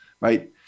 Right